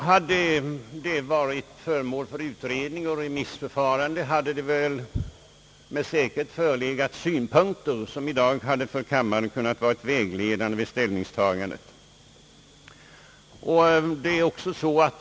Hade förslaget varit föremål för utredning och remissförfarande, hade det med säkerhet förelegat synpunkter som för kammaren varit vägledande vid ställningstagandet.